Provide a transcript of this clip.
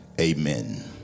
amen